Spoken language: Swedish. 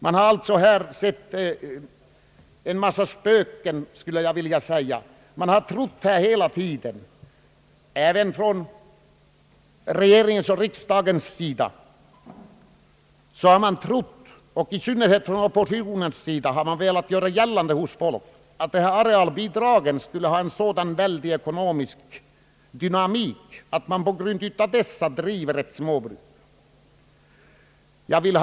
Man har alltså sett en mängd spöken i dessa frågor. Man har från regering och riksdag och i synnerhet från oppositionen velat göra gällande, att arcalbidragen skulle ha en så stor ekonomisk betydelse att personer på grund av dessa skulle fortsätta att bedriva sina småbruk.